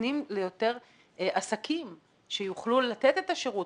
נותנים ליותר עסקים שיוכלו לתת את השירות